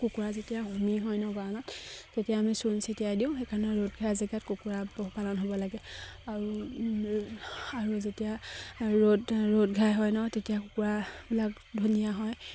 কুকুৰা যেতিয়া হমি হয় ন গঁৰালত তেতিয়া আমি চূণ চিটিয়াই দিওঁ সেইকাৰণে ৰ'দ ঘাই জেগাত কুকুৰা পোহপালন হ'ব লাগে আৰু আৰু যেতিয়া ৰ'দ ৰ'দ ঘাই হয় ন তেতিয়া কুকুৰাবিলাক ধুনীয়া হয়